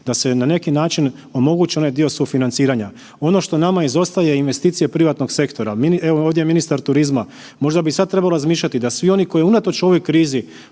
da se na neki način omogući onaj dio sufinanciranja. Ono što nama izostaje, investicije privatnog sektora, evo ovdje je ministar turizma, možda bit sad trebao razmišljati da svi oni koji unatoč ovoj krizi